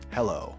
Hello